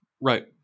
Right